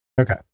okay